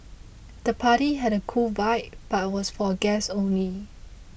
the party had a cool vibe but was for guests only